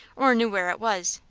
or knew where it was.